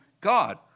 God